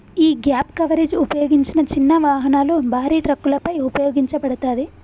యీ gap coverage ఉపయోగించిన చిన్న వాహనాలు, భారీ ట్రక్కులపై ఉపయోగించబడతాది